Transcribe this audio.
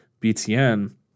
BTN